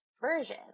version